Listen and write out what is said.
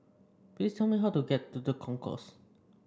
please tell me how to get to The Concourse